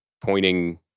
pointing